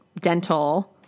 dental